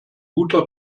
guter